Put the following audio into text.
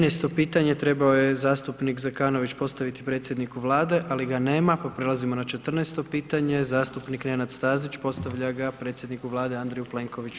13. pitanje trebao je zastupnik Zekanović postaviti predsjedniku Vlade, ali ga nema pa prelazimo na 14. pitanje, zastupnik Nenad Stazić, postavlja ga predsjedniku Vlade, Andreju Plenkoviću.